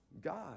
God